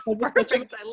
perfect